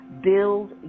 build